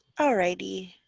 alrighty